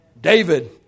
David